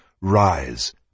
rise